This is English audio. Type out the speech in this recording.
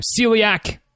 celiac